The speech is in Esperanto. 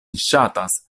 ŝatas